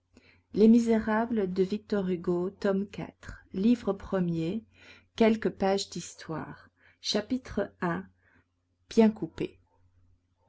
livre premier quelques pages d'histoire chapitre i bien coupé